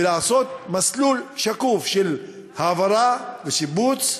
ולעשות מסלול שקוף של העברה ושיבוץ,